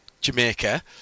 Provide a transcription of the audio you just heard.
Jamaica